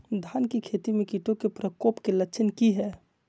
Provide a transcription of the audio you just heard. धान की खेती में कीटों के प्रकोप के लक्षण कि हैय?